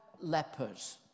lepers